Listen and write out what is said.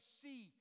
see